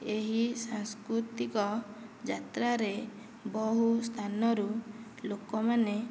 ଏହି ସାଂସ୍କୃତିକ ଯାତ୍ରାରେ ବହୁ ସ୍ଥାନରୁ ଲୋକମାନେ